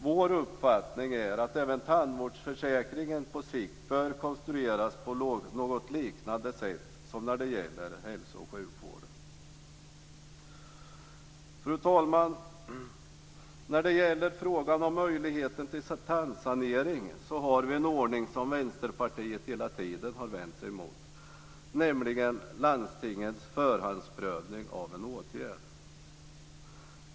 Vår uppfattning är att även tandvårdsförsäkringen på sikt bör konstrueras på något liknande sätt som när det gäller hälso och sjukvården. Fru talman! I frågan om möjligheten till tandsanering har vi en ordning som Vänsterpartiet hela tiden har vänt sig emot, nämligen landstingens förhandsprövning av en åtgärd.